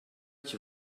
qui